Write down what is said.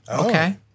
Okay